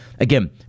Again